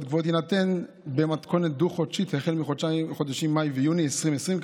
קבועות יינתן במתכונת דו-חודשית מהחודשים מאי ויוני 2020,